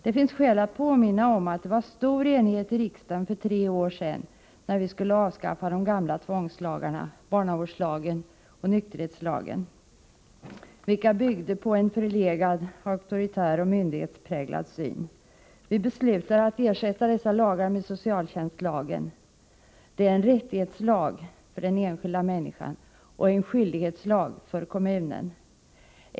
Det finns skäl att påminna om att det var stor enighet i riksdagen för tre år sedan, när vi skulle avskaffa de gamla tvångslagarna, barnavårdslagen och nykterhetsvårdslagen, vilka byggde på en förlegad, auktoritär och myndighetspräglad syn. Vi beslutade att ersätta dessa lagar med socialtjänstlagen. Det är en rättighetslag för den enskilda människan och en skyldighetslag för kommunen.